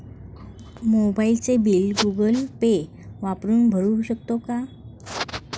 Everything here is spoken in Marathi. मोबाइलचे बिल गूगल पे वापरून भरू शकतो का?